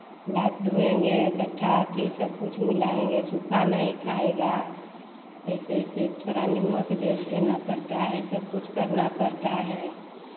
नाद धोएँगे गट्ठा अथि सब कुछ मिलाएंगे सूखा नहीं खाएगा ऐसे ऐसे थोड़ा नमक दे देना पड़ता है सब कुछ करना पड़ता है